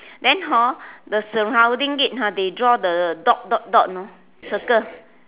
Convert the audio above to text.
than hor the surrounding it ah they draw the dot dot dot you know circle